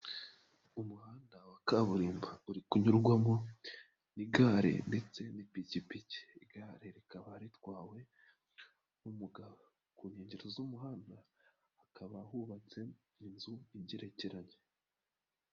Umuhanda wa kaburimbo uri kunyurwamo n'igare ndetse n'ipikipiki igare rikaba ritwawe n'umugbo ku nkengero z'umuhanda hakaba hubatse inzu igerekeranye.